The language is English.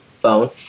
Phone